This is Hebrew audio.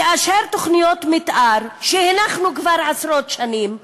תאשר תוכניות מתאר שהנחנו כבר לפני עשרות שנים.